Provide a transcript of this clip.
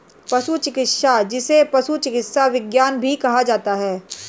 पशु चिकित्सा, जिसे पशु चिकित्सा विज्ञान भी कहा जाता है